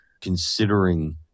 considering